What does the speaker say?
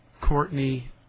Courtney